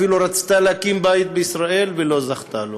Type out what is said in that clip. ואפילו רצתה להקים בית בישראל ולא זכתה לו.